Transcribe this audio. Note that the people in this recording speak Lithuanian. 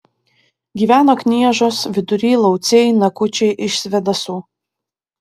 gyveno kniežos vidury lauciai nakučiai iš svėdasų